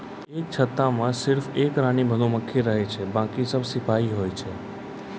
एक छत्ता मॅ सिर्फ एक रानी मधुमक्खी रहै छै बाकी सब सिपाही होय छै